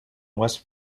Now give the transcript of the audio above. west